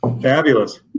Fabulous